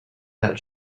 that